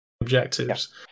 objectives